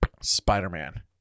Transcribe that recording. spider-man